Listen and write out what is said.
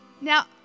Now